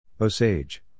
Osage